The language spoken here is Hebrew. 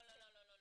לא, לא.